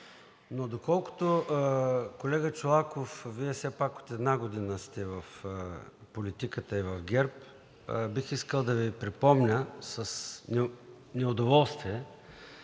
Но доколкото, колега Чолаков – Вие все пак от една година сте в политиката и в ГЕРБ, бих искал да Ви припомня с неудоволствие,